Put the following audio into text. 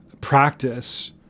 practice